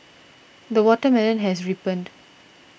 the watermelon has ripened